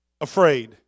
afraid